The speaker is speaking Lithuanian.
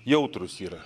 jautrūs yra